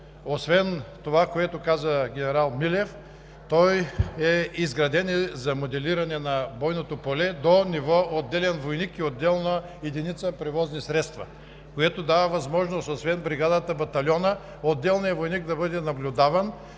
освен това, което каза генерал Милев, той е изграден за моделиране на бойното поле до ниво отделен войник и отделна единица превозни средства, което дава възможност, освен бригадата, батальона, отделният войник да бъде наблюдаван